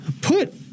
put